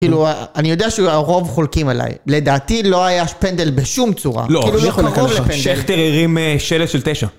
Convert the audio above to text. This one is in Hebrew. כאילו, אני יודע שהרוב חולקים עליי, לדעתי לא היה פנדל בשום צורה. לא... אפילו לא קרוב לפנדל. לא, שכטר הרים שלט של תשע